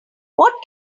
what